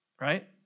Right